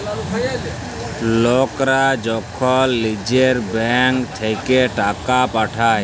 লকরা যখল লিজের ব্যাংক থ্যাইকে টাকা পাঠায়